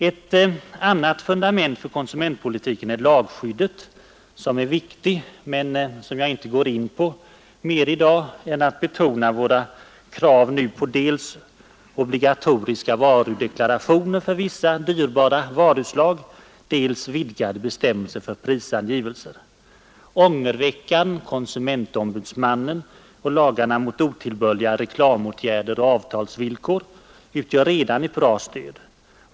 Ett annat fundament för konsumentpolitiken är lagskyddet, som är viktigt men som jag inte går in på mer i dag än att jag betonar våra krav på dels obligatoriska varudeklarationer för vissa dyrbara varuslag, dels vidgade bestämmelser för prisangivelser. Ångerveckan, konsumentombudsmannen och lagarna mot otillbörliga reklamåtgärder och avtalsvillkor utgör redan ett bra stöd.